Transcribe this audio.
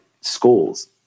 schools